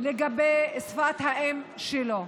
שפת האם שלו.